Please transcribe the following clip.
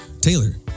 Taylor